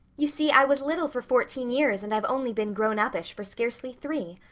you see, i was little for fourteen years and i've only been grown-uppish for scarcely three.